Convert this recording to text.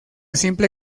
simple